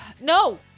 No